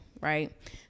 right